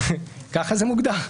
ככה זה מוגדר.